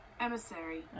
Emissary